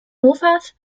mofas